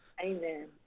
Amen